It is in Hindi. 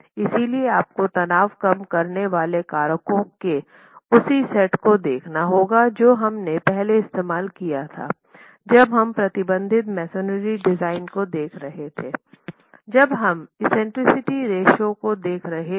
इसलिए आपको तनाव कम करने वाले कारकों के उसी सेट को देखना होगा जो हमने पहले इस्तेमाल किया था जब हम अप्रतिबंधित मेसनरी डिज़ाइन को देख रहे थे जब हम एक्सेंट्रिसिटी रेश्यो को देख रहे थे